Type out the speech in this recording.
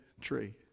tree